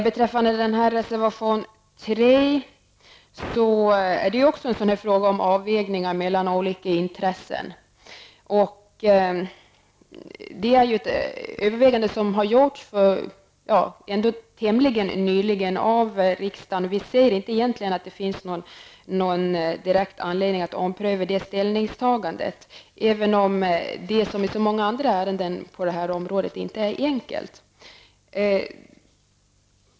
Också reservation 3 handlar om avvägningar mellan olika intressen. Riksdagen har ju ganska nyligen gjort ett övervägande, och vi ser inte att det finns någon direkt anledning att ompröva detta ställningstagande, även om detta liksom många andra ärenden på detta område inte är enkelt.